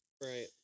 Right